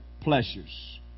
pleasures